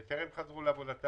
כי המסר שלנו מאוד ברור,